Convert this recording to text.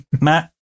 Matt